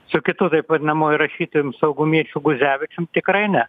su kitu taip vadinamuoju rašytoju saugumiečiu guzevičium tikrai ne